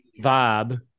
vibe